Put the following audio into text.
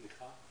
סליחה,